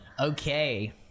Okay